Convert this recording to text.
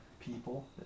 People